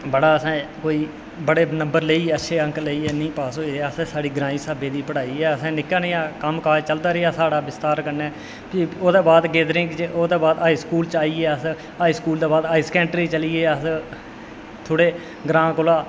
बड़ा असें कोई बड़े नंबर लेइयै बड़े अंक लेइयै पास होए अस साढ़ी ग्राईं स्हाबै दी पढ़ाई ऐ असें निक्का नेहा कम्म काज चलदा रेहा साढ़ा बिस्तार कन्नै फ्ही ओह्दे बाद गैदरिंग च हाई स्कूल च आई गे अस हाई स्कूल दे बाद हाई स्कैंडरी चली गे अस थोह्ड़े ग्रांऽ कोला